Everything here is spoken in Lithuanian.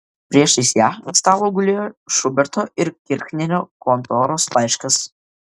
priešais ją ant stalo gulėjo šuberto ir kirchnerio kontoros laiškas